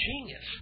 genius